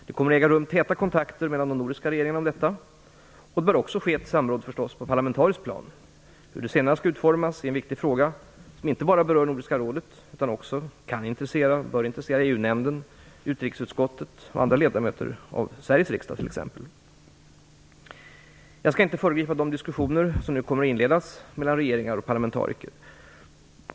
Det kommer att äga rum täta kontakter mellan de nordiska regeringarna om detta, och det bör också förstås ske ett samråd på parlamentariskt plan. Hur det senare skall utformas är en viktig fråga som inte bara berör Nordiska rådet utan som också bör intressera EU-nämnden, utrikesutskottet och andra ledamöter av Sveriges riksdag t.ex. Jag skall inte föregripa de diskussioner som nu kommer att inledas mellan regeringar och parlamentariker.